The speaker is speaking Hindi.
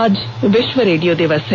आज विश्व रेडियो दिवस है